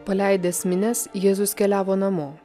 paleidęs minias jėzus keliavo namo